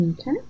Okay